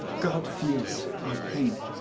god feels our pain.